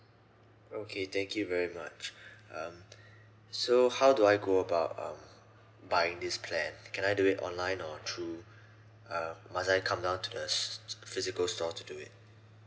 okay thank you very much um so how do I go about um buying this plan can I do it online or through um must I come down to the s~ physical store to do it